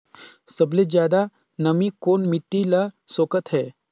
सबले ज्यादा नमी कोन मिट्टी ल सोखत हे?